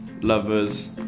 lovers